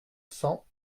cents